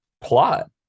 plot